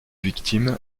victimes